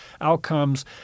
outcomes